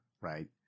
Right